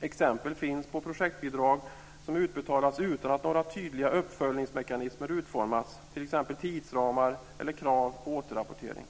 Exempel finns på projektbidrag som utbetalats utan att några tydliga uppföljningsmekanismer utformats, t.ex. tidsramar eller krav på återrapportering.